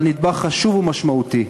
אבל נדבך חשוב ומשמעותי.